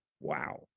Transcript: Wow